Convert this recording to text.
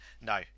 no